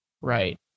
Right